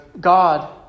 God